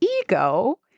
ego